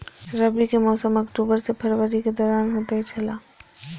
रबी के मौसम अक्टूबर से फरवरी के दौरान होतय छला